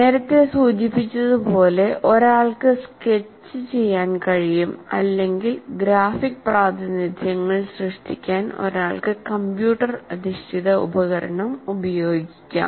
നേരത്തെ സൂചിപ്പിച്ചതുപോലെ ഒരാൾക്ക് സ്കെച്ച് ചെയ്യാൻ കഴിയും അല്ലെങ്കിൽ ഗ്രാഫിക് പ്രാതിനിധ്യങ്ങൾ സൃഷ്ടിക്കാൻ ഒരാൾക്ക് കമ്പ്യൂട്ടർ അധിഷ്ഠിത ഉപകരണം ഉപയോഗിക്കാം